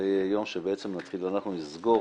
זה יהיה יום שנתחיל אנחנו, נסגור